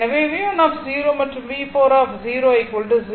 எனவே V1 மற்றும் V4 0